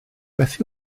beth